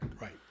Right